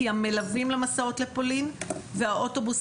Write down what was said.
כי המלווים למסעות לפולין והאוטובוס